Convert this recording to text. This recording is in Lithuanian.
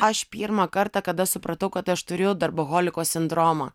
aš pirmą kartą kada supratau kad aš turiu darboholiko sindromą